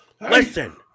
Listen